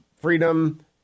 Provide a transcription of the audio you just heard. Freedom